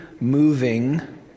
moving